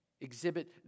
exhibit